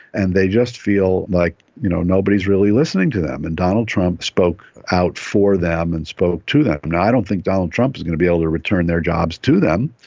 and they just feel like you know nobody is really listening to them. and donald trump spoke out for them and spoke to them. i don't think donald trump is going to be able to return their jobs to them,